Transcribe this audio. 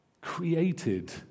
created